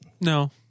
No